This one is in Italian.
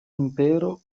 impero